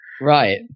Right